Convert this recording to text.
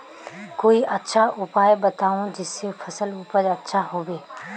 कोई अच्छा उपाय बताऊं जिससे फसल उपज अच्छा होबे